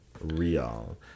real